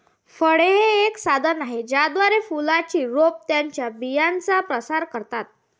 फळे हे एक साधन आहे ज्याद्वारे फुलांची रोपे त्यांच्या बियांचा प्रसार करतात